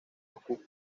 moscú